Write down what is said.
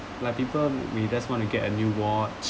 like people we just want to get a new watch